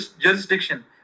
jurisdiction